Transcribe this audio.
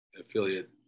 affiliate